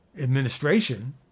administration